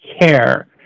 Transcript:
care